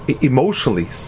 emotionally